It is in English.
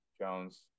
Jones